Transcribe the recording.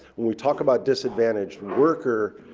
when we talk about disadvantaged worker,